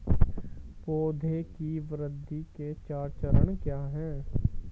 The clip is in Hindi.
पौधे की वृद्धि के चार चरण क्या हैं?